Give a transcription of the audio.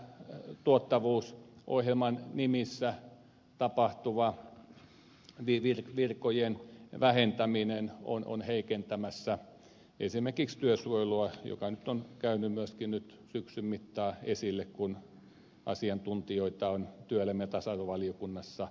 erityisesti tässä yhteydessä tuottavuusohjelman nimissä tapahtuva virkojen vähentäminen on heikentämässä esimerkiksi työsuojelua mikä nyt on käynyt myöskin syksyn mittaan esille kun asiantuntijoita on työelämä ja tasa arvovaliokunnassa kuunneltu